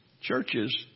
Churches